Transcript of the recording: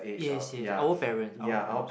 yes yes our parent our parents